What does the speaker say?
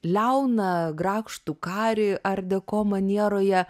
liauną grakštų karį artdeco manieroje